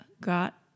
got